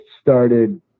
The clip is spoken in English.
started